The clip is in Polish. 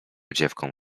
dziewką